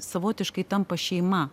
savotiškai tampa šeima